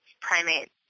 primate